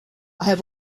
have